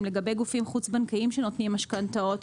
לגבי גופים חוץ-בנקאיים שנותנים משכנתאות,